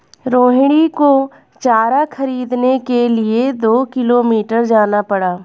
रोहिणी को चारा खरीदने के लिए दो किलोमीटर जाना पड़ा